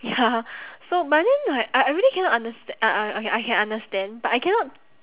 ya so but then like I I really cannot understa~ u~ u~ okay I can understand but I cannot